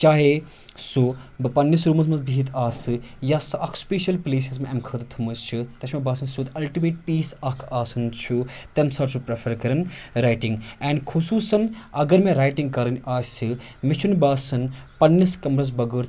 چاہے سُہ بہٕ پنٛنِس روٗمَس منٛز بِہِتۍ آسہٕ یا سۄ اَکھ سٕپیشَل پٕلیس یۄس مےٚ اَمہِ خٲطرٕ تھٔمٕژ چھِ تَتھ چھُ مےٚ باسان سیوٚد اَلٹمیٹ پیٖس اَکھ آسان چھُ تَمہِ ساتہٕ چھُس بہٕ پرٛیٚفَر کَران رایٹِنٛگ اینڈ خصوٗصاً اگر مےٚ رایٹِنٛگ کَرٕنۍ آسہِ مےٚ چھُنہٕ باسان پَنٛنِس کَمرَس بَغٲر